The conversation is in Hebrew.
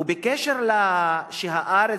ובקשר לארץ,